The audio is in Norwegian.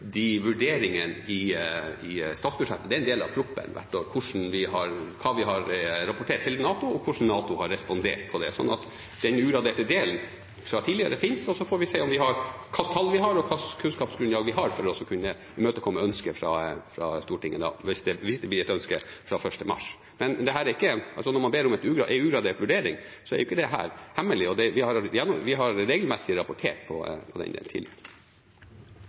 de vurderingene i statsbudsjettet. Det er en del av proposisjonen hvert år hva vi har rapport til NATO, og hvordan NATO har respondert på det. Den ugraderte delen fra tidligere finnes, og så får vi se hva slags tall vi har, og hva slags kunnskapsgrunnlag vi har for å imøtekomme ønsket fra Stortinget – hvis det blir et ønske fra 1. mars. Når man ber om en ugradert vurdering, er jo ikke dette hemmelig. Vi har regelmessig rapportert om den tidligere. Eg registrerer at regjeringspartia er sterkt imot å ha ein opptrappingsplan som forpliktar regjeringa. Ein kan sjølvsagt stille spørsmål om kvifor, for i den